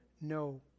no